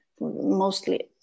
mostly